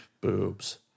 boobs